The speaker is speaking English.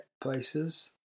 places